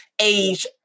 age